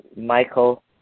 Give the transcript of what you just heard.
Michael